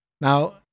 Now